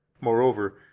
Moreover